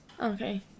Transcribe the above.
Okay